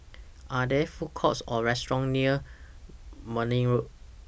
Are There Food Courts Or restaurants near Marne Road